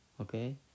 Okay